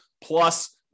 plus